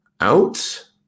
out